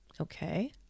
Okay